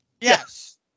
Yes